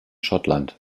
schottland